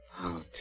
Out